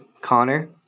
Connor